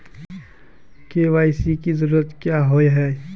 KYC की जरूरत क्याँ होय है?